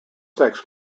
sex